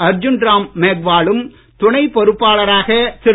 அர்ஜுன் ராம் மேக்வாலும் துணை பொருப்பாளரகா திரு